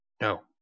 No